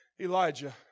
Elijah